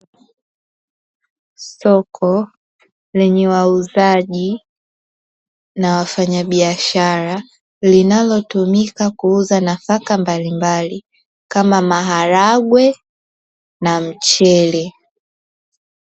Soko lenye wauzaji na wafanyabiashara linalotumika kuuza nafaka mbalimbali kama maharage na mchele.